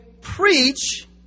preach